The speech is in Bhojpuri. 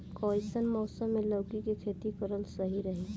कइसन मौसम मे लौकी के खेती करल सही रही?